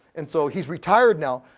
and so he's retired now,